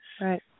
Right